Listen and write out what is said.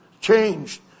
changed